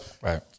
Right